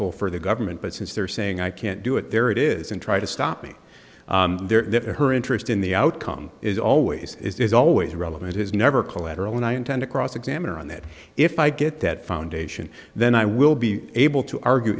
vehicle for the government but since they're saying i can't do it there it is and try to stop me there that her interest in the outcome is always is always relevant is never collateral and i intend to cross examine her on that if i get that foundation then i will be able to argue